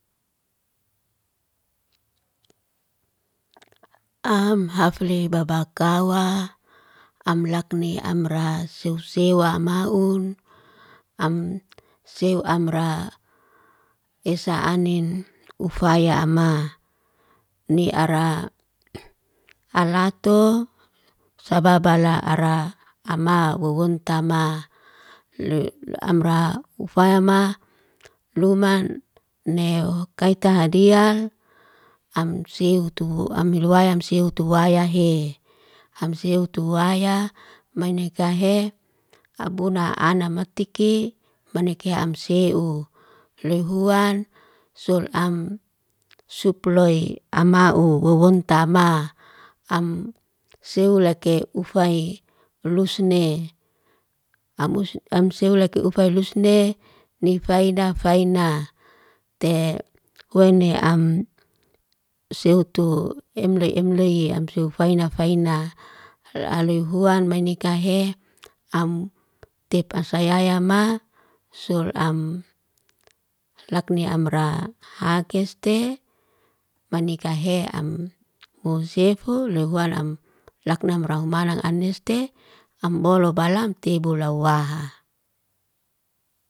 Am hafle babakawa am lakne amra seu sewa maun, am seu amra esa anen ufaya a'ma. Ni araa halato sababala ara ama wowontama le amra. Ufayama luman neu kaita hadia, am siutu am helowaya, am siutu waya hee. Ham siu tu waya mainekahe abona ana matiki, manekeam seu. Loy huan sol am suploy ama'u, wowonta amaa. Am seulake ufa'i lusne, am seulaka ufa lusune ni faida faina te. Huwaine am seutu emle emle yamsufaina faina, alehuan mainikahe. Am tep asayayama sul am laknia amra hak keste manikahe am husefo loy huan am laknam rau manang aneste ambolo balam te bolau wa ha.